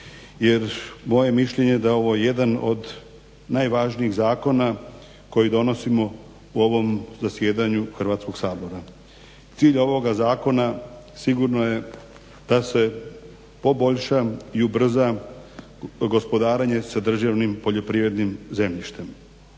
je mišljenje da je ovo jedan od najvažnijih zakona koji donosimo u ovom zasjedanju Hrvatskog sabora. Cilj ovoga zakona sigurno je da se poboljša i ubrza gospodarenje sa državnim poljoprivrednim zemljištem.